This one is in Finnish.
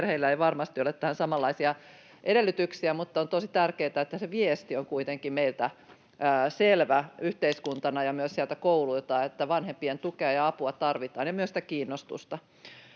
perheillä ei varmasti ole tähän samanlaisia edellytyksiä, mutta on tosi tärkeätä, että se viesti on kuitenkin meiltä selvä yhteiskuntana ja myös sieltä kouluilta, että vanhempien tukea ja apua tarvitaan ja myös sitä kiinnostusta.